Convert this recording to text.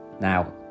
Now